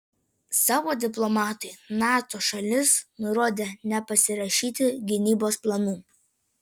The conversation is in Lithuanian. savo diplomatui nato šalis nurodė nepasirašyti gynybos planų